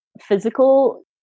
physical